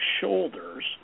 shoulders